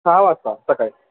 सहा वाजता सकाळी